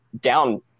down